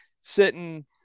sitting